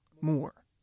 more